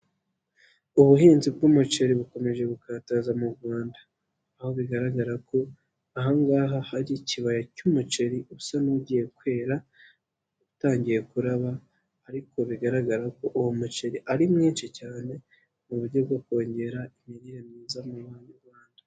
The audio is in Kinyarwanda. Ubuhinzi bw'umuceri bukomeje gukataza mu Rwanda, aho bigaragara ko aha ngaha hari ikibaya cy'umuceri usa n'ugiye kwera, utangiye kuraba ariko bigaragara ko uwo muceri ari mwinshi cyane, mu buryo bwo kongera imirire myiza mu banyarwanda.